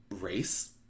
race